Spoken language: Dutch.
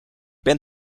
ben